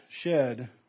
shed